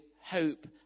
hope